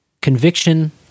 Conviction